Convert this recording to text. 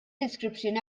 description